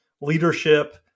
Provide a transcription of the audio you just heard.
Leadership